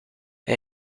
hij